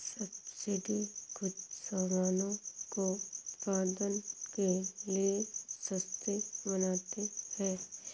subsidy कुछ सामानों को उत्पादन के लिए सस्ती बनाती है